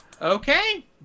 Okay